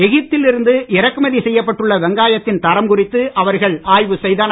எகிப்தில் இருந்து இறக்குமதி செய்யப்பட்டுள்ள வெங்காயத்தின் தரம் குறித்து அவர்கள் ஆய்வு செய்தனர்